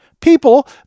People